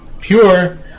pure